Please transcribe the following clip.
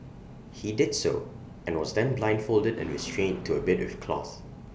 he did so and was then blindfolded and restrained to A bed with cloth